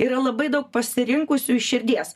yra labai daug pasirinkusių iš širdies